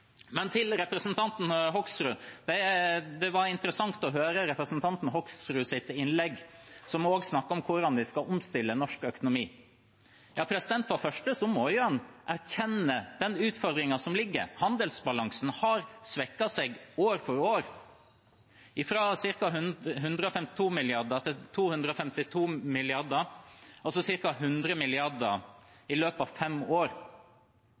Men til representanten Hoksrud: Det var interessant å høre representanten Hoksruds innlegg, hvor han også snakker om hvordan vi skal omstille norsk økonomi. For det første må en erkjenne den utfordringen som foreligger. Handelsbalansen har svekket seg år for år, fra ca. 152 mrd. kr til 252 mrd. kr, altså ca. 100 mrd. kr i løpet av fem år.